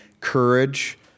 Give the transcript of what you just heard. courage